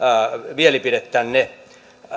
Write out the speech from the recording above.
mielipidettänne